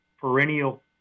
perennial